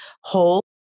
hold